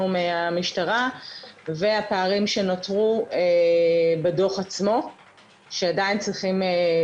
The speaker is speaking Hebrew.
מהמשטרה והפערים שנותרו בדו"ח עצמו שעדיין צריכים ליבון.